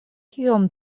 kiom